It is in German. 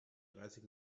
dreißig